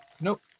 Nope